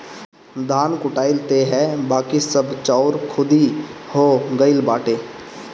धान कुटाइल तअ हअ बाकी सब चाउर खुद्दी हो गइल बाटे